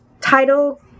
title